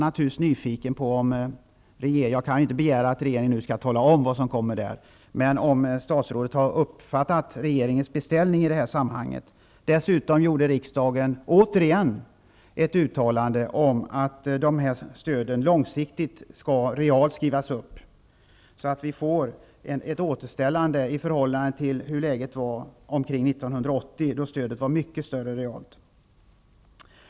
Jag kan inte begära att regeringen skall tala om vad som kommer där, men jag är nyfiken på om statsrådet har uppfattat regeringens beställning i det här sammanhanget. Riksdagen gjorde dessutom återigen ett uttalande om att de här stöden långsiktigt skall skrivas upp realt, så att vi får ett återställande i förhållande till hur läget var omkring 1980. Då var stödet mycket större realt.